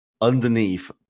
underneath